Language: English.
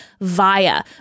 VIA